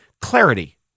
clarity